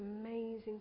amazing